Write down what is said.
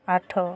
ଆଠ